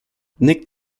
nick